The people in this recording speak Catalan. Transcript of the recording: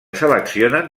seleccionen